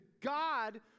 God